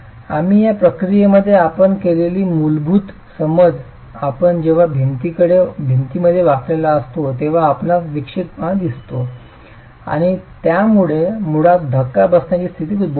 आम्ही या प्रक्रियेमध्ये आपण केलेली मूलभूत समज आपण जेव्हा भिंतीमध्ये वाकलेला असतो तेव्हा आपणास विक्षिप्तपणा दिसतो आणि त्या मुळे मुळात धक्का बसण्याची स्थिती उद्भवू शकते